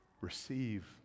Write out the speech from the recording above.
Receive